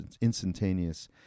instantaneous